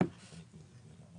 תסבירו